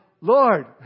Lord